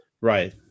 Right